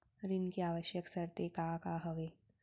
ऋण के आवश्यक शर्तें का का हवे?